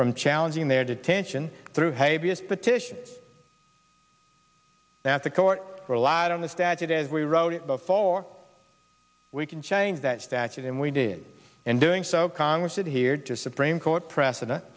from challenging their detention through hey b s petition that the court relied on the statute as we wrote before we can change that statute and we did and doing so congress did here to supreme court precedent